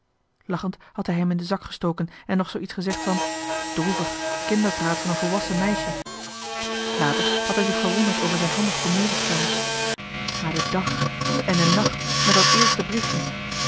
lachend had hij hem in den zak gestoken en nog zoo iets gezegd van droevig kinderpraat van een volwassen meisje later had hij zich verwonderd over zijn handig komediespel maar de dàg en de nàcht met dat eerste briefje